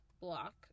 block